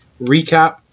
recap